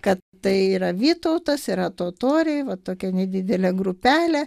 kad tai yra vytautas yra totoriai vat tokia nedidelė grupelė